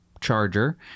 charger